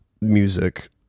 music